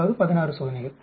அதாவது 16 சோதனைகள்